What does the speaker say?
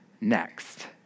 next